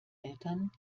eltern